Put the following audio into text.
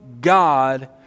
God